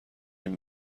این